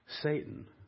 Satan